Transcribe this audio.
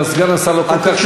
וסגן השר לא כל כך שומע.